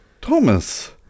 Thomas